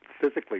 physically